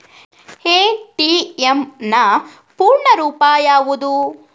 ATM ನ ಪೂರ್ಣ ರೂಪ ಯಾವುದು?